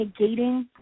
negating